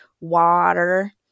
water